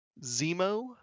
Zemo